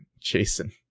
Jason